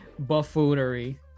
buffoonery